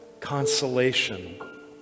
consolation